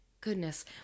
goodness